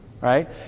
right